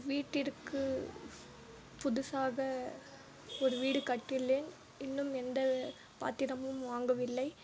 வீட்டிற்கு புதுசாக ஒரு வீடு கட்டியுள்ளேன் இன்னும் எந்த பாத்திரமும் வாங்கவில்லை